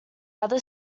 other